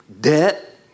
Debt